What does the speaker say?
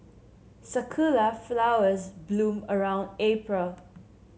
sakura flowers bloom around April